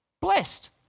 blessed